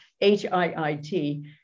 H-I-I-T